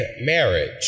marriage